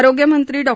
आरोग्यमंत्री डॉ